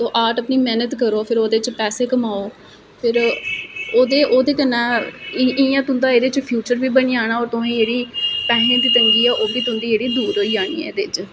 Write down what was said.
तुस उपर मैहनत करो फिर ओहदे बिच पेसे कमाओ फिर ओहदे कन्ने इयां तुंदा एहदे च फिउचर बी बनी जाना औऱ तुसेंगी जेहड़ी पैसे दी तंगी ऐ ओह्बी तुंदी जेहड़ी दूर होई जानी ऐ एहदे च